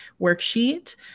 worksheet